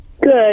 Good